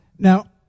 Now